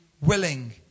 willing